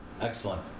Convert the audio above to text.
excellent